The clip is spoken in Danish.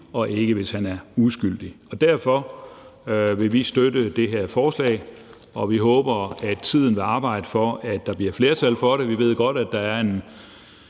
og ikke, hvis han er uskyldig. Derfor vil vi støtte det her forslag, og vi håber, at tiden vil arbejde for, at der bliver flertal for det. Vi ved godt, at der er en